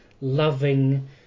loving